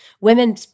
Women